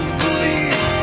believe